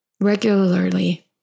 regularly